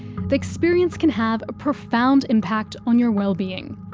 the experience can have a profound impact on your wellbeing.